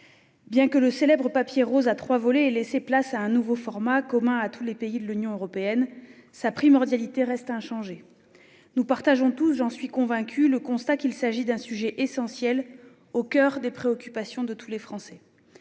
Bien que le célèbre papier rose à trois volets ait laissé place à un nouveau format, commun à tous les pays de l'Union européenne, son caractère primordial reste inchangé. Nous partageons tous- j'en suis convaincue -le constat qu'il s'agit d'un sujet essentiel, au coeur des préoccupations de tous les Français.